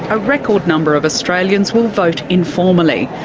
a record number of australians will vote informally,